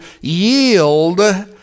yield